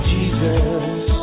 Jesus